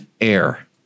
air